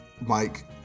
Mike